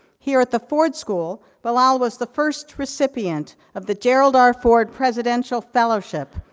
here, at the ford school, bilal was the first recipient of the gerald r. ford, presidential fellowship,